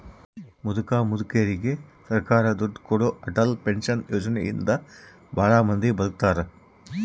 ಮುದುಕ ಮುದುಕೆರಿಗೆ ಸರ್ಕಾರ ದುಡ್ಡು ಕೊಡೋ ಅಟಲ್ ಪೆನ್ಶನ್ ಯೋಜನೆ ಇಂದ ಭಾಳ ಮಂದಿ ಬದುಕಾಕತ್ತಾರ